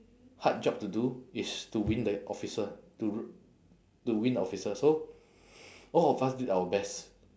hard job to do it's to win the officer to to win officer so all of us did our best